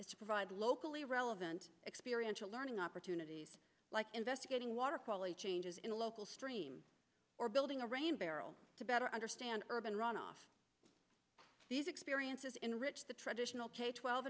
to provide locally relevant experience to learning opportunities like investigating water quality changes in the local stream or building a rain barrel to better understand urban runoff these experiences enrich the traditional twelve